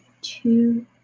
two